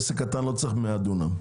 עסק קטן לא צריך 100 דונם.